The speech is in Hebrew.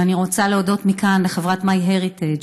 ואני רוצה להודות מכאן לחברת MyHeritage,